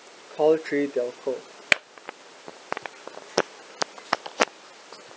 call three telco